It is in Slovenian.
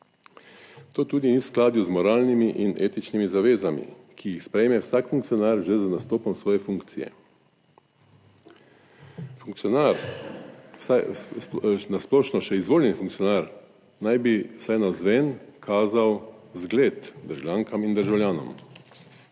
To tudi ni v skladu z moralnimi in etičnimi zavezami, ki jih sprejme vsak funkcionar že z nastopom svoje funkcije. Funkcionar, vsaj na splošno še izvoljen funkcionar, naj bi vsaj navzven kazal zgled državljankam in državljanom.